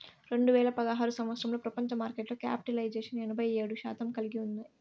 రెండు వేల పదహారు సంవచ్చరంలో ప్రపంచ మార్కెట్లో క్యాపిటలైజేషన్ ఎనభై ఏడు శాతం కలిగి ఉన్నాయి